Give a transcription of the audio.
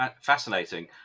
Fascinating